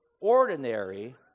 ordinary